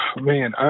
man